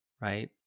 Right